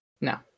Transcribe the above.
No